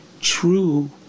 true